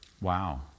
Wow